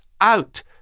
out